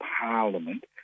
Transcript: Parliament